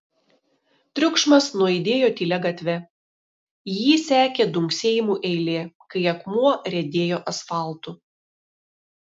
triukšmas nuaidėjo tylia gatve jį sekė dunksėjimų eilė kai akmuo riedėjo asfaltu